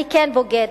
אני כן בוגדת,